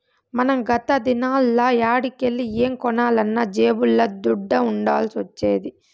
మనం గత దినాల్ల యాడికెల్లి ఏం కొనాలన్నా జేబుల్ల దుడ్డ ఉండాల్సొచ్చేది